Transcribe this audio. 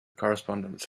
correspondence